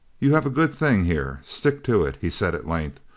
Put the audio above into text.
you have a good thing here stick to it! he said at length,